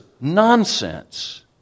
nonsense